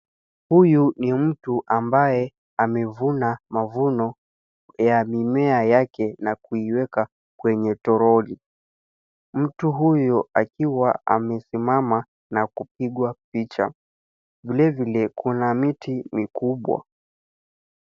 Huyu ni mtu ambaye amevuna mavuno ya mimea yake na kuiweka kwenye toroli. Mtu huyu akiwa amesimama na kupigwa picha. Vilevile, kuna miti mikubwa.